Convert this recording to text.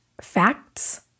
facts